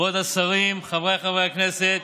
כבוד השרים, חבריי חברי הכנסת,